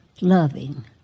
loving